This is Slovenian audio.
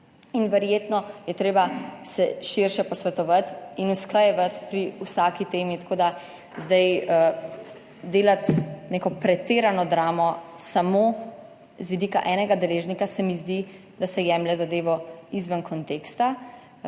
Verjetno se je treba širše posvetovati in usklajevati pri vsaki temi. Tako da zdaj delati neko pretirano dramo samo z vidika enega deležnika se mi zdi, da se jemlje zadevo izven konteksta.